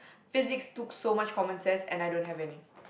physics took so much common sense and I don't have any